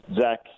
Zach